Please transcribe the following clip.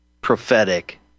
prophetic